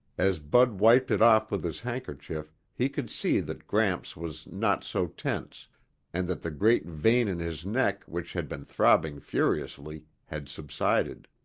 as bud wiped it off with his handkerchief, he could see that gramps was not so tense and that the great vein in his neck, which had been throbbing furiously, had subsided.